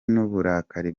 n’uburakari